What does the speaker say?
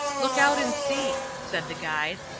look out and see, said the guide.